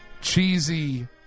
cheesy